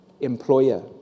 employer